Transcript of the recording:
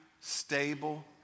stable